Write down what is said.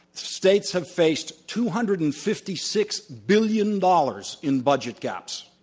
states have faced two hundred and fifty six billion dollars in budget gaps,